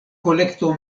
kolekto